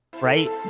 Right